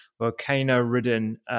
volcano-ridden